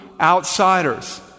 Outsiders